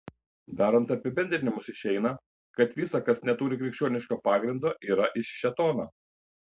darant apibendrinimus išeina kad visa kas neturi krikščioniško pagrindo yra iš šėtono